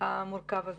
המורכב הזה.